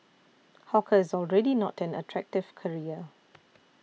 hawker is already not an attractive career